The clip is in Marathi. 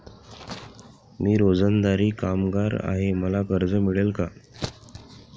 मी रोजंदारी कामगार आहे मला कर्ज मिळेल का?